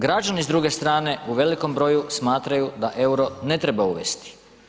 Građani s druge strane u velikom broju smatraju da EUR-o ne treba uvesti.